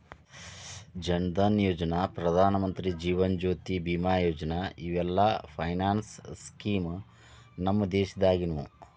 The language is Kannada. ಜನ್ ಧನಯೋಜನಾ, ಪ್ರಧಾನಮಂತ್ರಿ ಜೇವನ ಜ್ಯೋತಿ ಬಿಮಾ ಯೋಜನಾ ಇವೆಲ್ಲ ಫೈನಾನ್ಸ್ ಸ್ಕೇಮ್ ನಮ್ ದೇಶದಾಗಿನವು